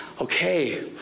okay